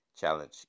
challenge